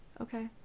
Okay